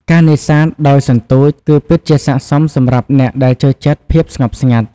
ការនេសាទដោយសន្ទូច គឺពិតជាស័ក្ដិសមសម្រាប់អ្នកដែលចូលចិត្តភាពស្ងប់ស្ងាត់។